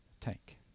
tank